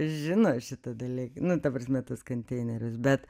žino šitą daly nu ta prasme tuos konteinerius bet